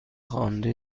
خوانده